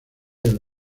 del